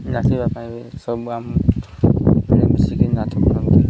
ନାଚିବା ପାଇଁ ବି ସବୁ ଆମେ ମିଶିକି ନାଚ କରନ୍ତି